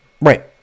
Right